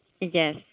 Yes